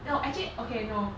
no actually okay no